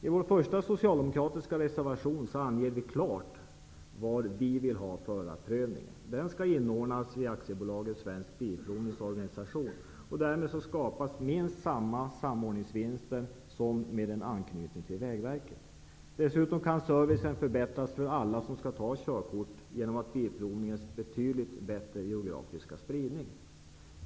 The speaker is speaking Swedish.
I vår första socialdemokratiska reservation anger vi klart var vi vill ha förarprövningen. Den skall inordnas i AB Svensk Bilprovnings organisation. Därmed skapas minst samma samordningsvinster som skulle uppstå vid en anknytning till Vägverket. Dessutom kan servicen förbättras för alla som skall ta körkort med hjälp av att Bilprovningen har en betydligt bättre geografisk spridning.